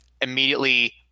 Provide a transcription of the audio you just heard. immediately